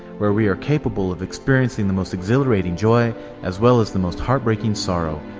where we are capable of experiencing the most exhilarating joy as well as the most heartbreaking sorrow.